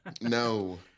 No